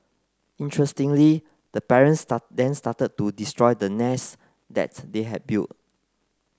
interestingly the parents start then started to destroy the nest that they had built